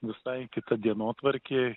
visai kita dienotvarkė